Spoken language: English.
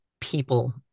people